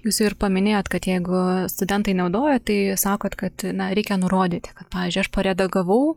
jūs ir paminėjot kad jeigu studentai naudoja tai sakot kad reikia nurodyti kad pavyzdžiui aš paredagavau